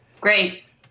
Great